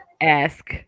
ask